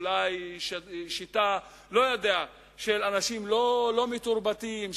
אולי שיטה של אנשים לא מתורבתים,